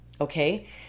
Okay